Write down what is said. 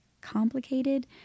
complicated